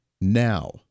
now